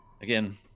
again